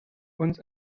uns